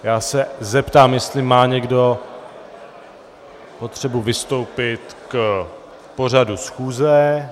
Já se zeptám, jestli má někdo potřebu vystoupit k pořadu schůze.